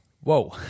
Whoa